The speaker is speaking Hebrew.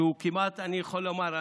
שכמעט אני יכול לומר,